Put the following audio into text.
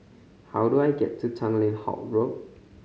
how do I get to Tanglin Halt Road